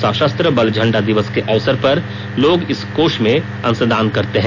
सशस्त्र बल झंडा दिवस के अवसर पर लोग इस कोष में अंशदान करते हैं